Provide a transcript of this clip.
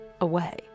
away